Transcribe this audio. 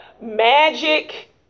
Magic